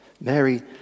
Mary